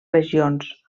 regions